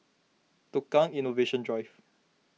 Tukang Innovation Drive